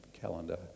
calendar